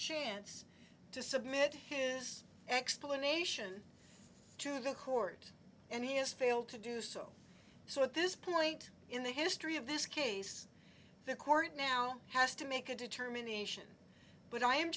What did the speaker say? chance to submit his explanation to the court and he has failed to do so so at this point in the history of this case the court now has to make a determination but i